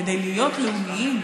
כדי להיות לאומיים,